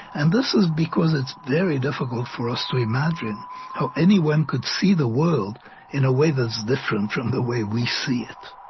and this is because it's very difficult for us to imagine how anyone could see the world in a way that's different from the way we see it.